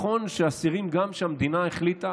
נכון שאסירים, גם אם המדינה החליטה